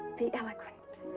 be eloquent.